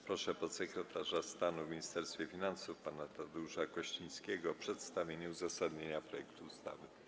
Proszę podsekretarza stanu w Ministerstwie Finansów pana Tadeusza Kościńskiego o przedstawienie uzasadnienia projektu ustawy.